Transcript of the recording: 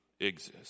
exist